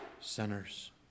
sinners